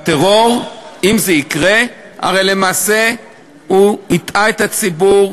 בטרור, אם זה יקרה, הרי למעשה הוא הטעה את הציבור,